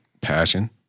Passion